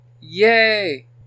Yay